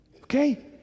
Okay